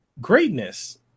greatness